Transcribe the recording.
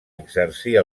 exercir